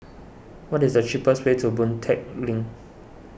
what is the cheapest way to Boon Tat Link